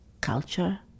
culture